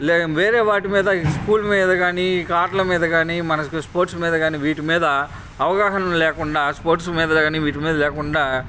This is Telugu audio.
లేక వేరే వాటి మీద ఈ స్కూల్ మీద కానీ ఈ కార్ల మీద కానీ మనకి స్పోర్ట్స్ మీద కానీ వీటి మీద అవగాహన లేకుండా స్పోర్ట్స్ మీద కానీ వీటి మీద లేకుండా